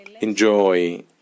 enjoy